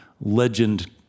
legend